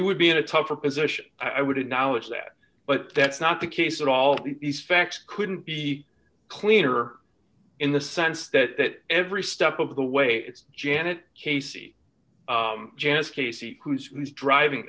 would be in a tougher position i would have knowledge that but that's not the case at all the facts couldn't be clearer in the sense that every step of the way it's janet casey janice casey who's who's driving